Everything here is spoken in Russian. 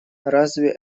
разве